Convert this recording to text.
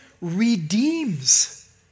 redeems